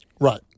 Right